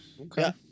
Okay